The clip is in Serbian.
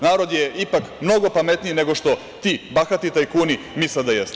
Narod je ipak mnogo pametniji nego što ti bahati tajkuni misle da jeste.